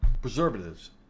preservatives